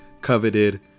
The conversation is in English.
coveted